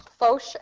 Foch